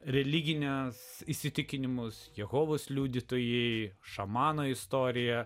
religinius įsitikinimus jehovos liudytojai šamanai istorija